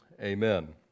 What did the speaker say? Amen